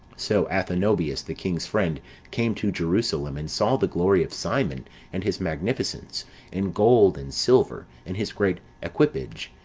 so athenobius, the king's friend came to jerusalem, and saw the glory of simon and his magnificence in gold, and silver, and his great equipage,